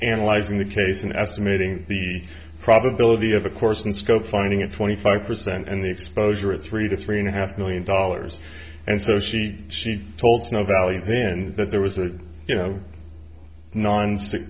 analyzing the case in estimating the probability of a course in scope finding a twenty five percent and the exposure at three to three and a half million dollars and so she she told no value then that there was a you know nine s